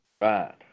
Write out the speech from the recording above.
right